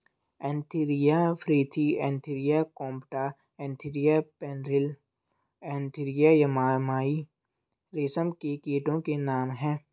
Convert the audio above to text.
Antheraea frithi Antheraea compta Antheraea pernyi Antheraea yamamai रेशम के कीटो के नाम हैं